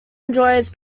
enjoys